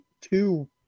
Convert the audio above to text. two